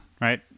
right